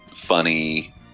Funny